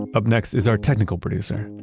up next is our technical producer,